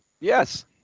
Yes